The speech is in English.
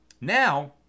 Now